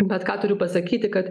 bet ką turiu pasakyti kad